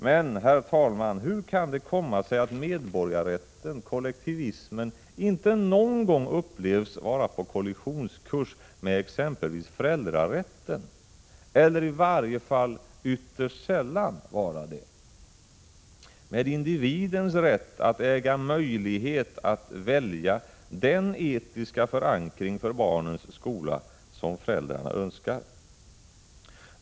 Men, herr talman, hur kan det komma sig att medborgarrätten, kollektivismen, inte någon gång upplevs vara på kollisionskurs med exempelvis föräldrarätten — eller i varje fall ytterst sällan vara det — med individens rätt att äga möjlighet att välja den etiska förankring för barnens skola som föräldrarna önskar.